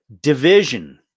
Division